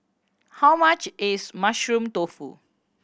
how much is Mushroom Tofu